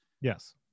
yes